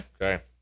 okay